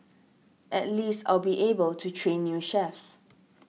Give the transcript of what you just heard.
at least I'll be able to train new chefs